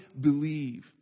believe